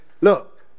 look